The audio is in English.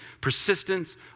persistence